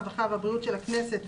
הרווחה והבריאות של הכנסת,